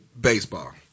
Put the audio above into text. baseball